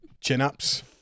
Chin-ups